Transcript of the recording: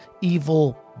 evil